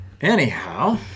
Anyhow